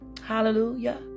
Hallelujah